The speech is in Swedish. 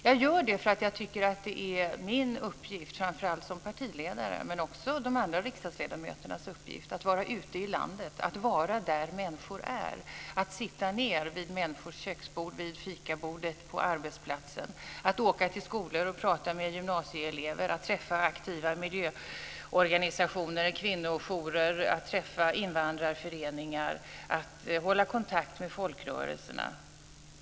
Jag gör det därför att jag tycker att det är min uppgift framför allt som partiledare, men också andra riksdagsledamöters uppgift, att vara ute i landet, att vara där människor är, att sitta ned vid människors köksbord och vid fikabordet på arbetsplatsen, att åka till skolor och prata med gymnasieelever, att träffa aktiva miljöorganisationer, besöka kvinnojourer, träffa invandrarföreningar och hålla kontakt med folkrörelserna.